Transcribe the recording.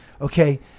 okay